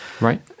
Right